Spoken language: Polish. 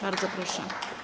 Bardzo proszę.